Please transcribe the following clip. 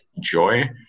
joy